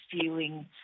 feeling